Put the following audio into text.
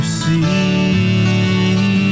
see